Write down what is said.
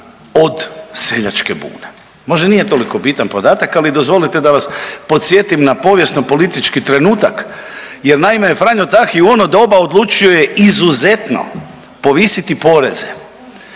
od Seljačke bune. Možda nije toliko bitan podatak, ali dozvolite da vas podsjetim na povijesno-politički trenutak. Jer naime Franjo Tahi u ono doba odlučio je izuzetno povisiti poreze